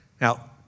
Now